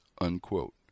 unquote